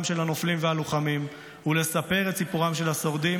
של הנופלים והלוחמים ולספר את סיפורם של השורדים,